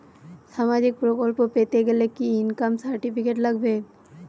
সামাজীক প্রকল্প পেতে গেলে কি ইনকাম সার্টিফিকেট লাগবে?